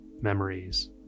memories